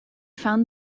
found